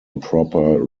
proper